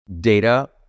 data